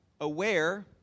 aware